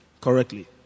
correctly